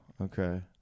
Okay